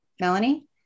Melanie